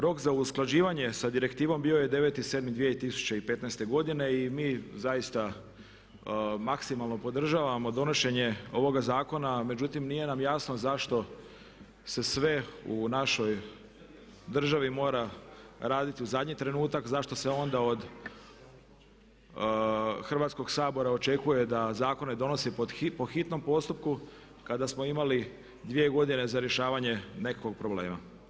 Rok za usklađivanje sa direktivom bio je 9.07.2015. godine i mi zaista maksimalno podržavamo donošenje ovoga zakona, međutim nije nam jasno zašto se sve u našoj državi mora raditi u zadnji trenutak, zašto se onda od Hrvatskog sabora očekuje da zakone donosi po hitnom postupku kada smo imali 2 godine za rješavanje nekakvog problema.